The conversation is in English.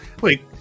Wait